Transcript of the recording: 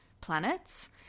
planets